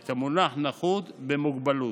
את המונח נכות, במוגבלות.